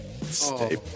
Stay